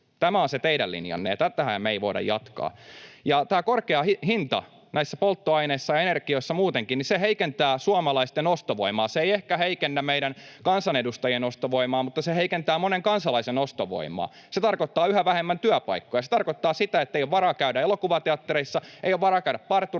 Tämä on se teidän linjanne, ja tätähän me ei voida jatkaa. Korkea hinta polttoaineissa ja energioissa muutenkin heikentää suomalaisten ostovoimaa. Se ei ehkä heikennä meidän kansanedustajien ostovoimaa, mutta se heikentää monen kansalaisen ostovoimaa. Se tarkoittaa yhä vähemmän työpaikkoja. Se tarkoittaa sitä, ettei ole varaa käydä elokuvateattereissa, ei ole varaa käydä parturissa,